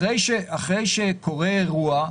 אחרי שקורה אירוע,